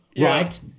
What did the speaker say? right